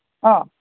অঁ